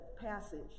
passage